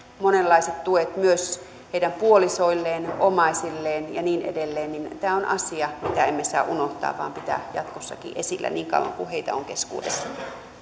monenlaiset tuet myös heidän puolisoilleen omaisilleen ja niin edelleen tämä on asia mitä emme saa unohtaa vaan sitä pitää pitää jatkossakin esillä niin kauan kuin heitä on keskuudessamme